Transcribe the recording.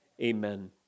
Amen